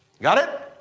got it?